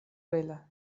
bela